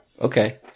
Okay